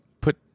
put